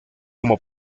como